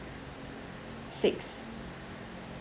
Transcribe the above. six